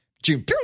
June